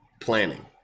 planning